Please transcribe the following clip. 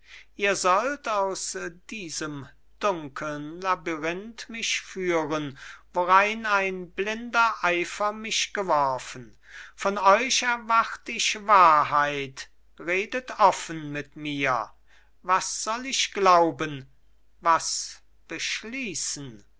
ihr sollt aus diesem dunkeln labyrinth mich führen worein ein blinder eifer mich geworfen von euch erwart ich wahrheit redet offen mit mir was soll ich glauben was beschließen